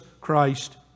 Christ